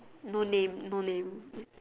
no name no name